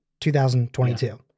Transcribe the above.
2022